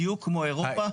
בדיוק כמו אירופה,